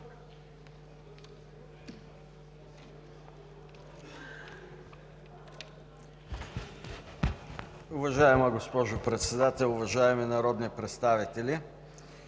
Уважаема госпожо Председател, уважаеми народни представители!